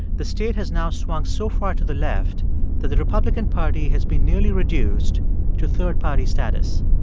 the state has now swung so far to the left that the republican party has been nearly reduced to third-party status.